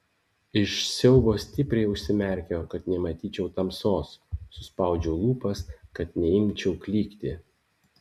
iš siaubo stipriai užsimerkiau kad nematyčiau tamsos suspaudžiau lūpas kad neimčiau klykti